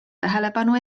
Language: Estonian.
tähelepanu